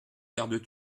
gardes